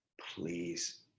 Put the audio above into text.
please